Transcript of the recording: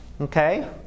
Okay